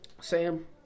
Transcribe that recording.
Sam